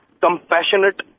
Compassionate